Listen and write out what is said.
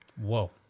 whoa